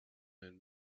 hun